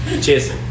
cheers